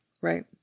right